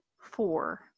four